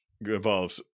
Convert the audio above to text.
involves